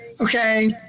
okay